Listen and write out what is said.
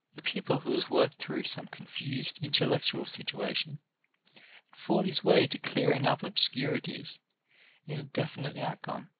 pupil who has worked through some confused intellectual situation and fought his way to clearing up obscurities in a definite outcome,